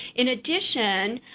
in addition,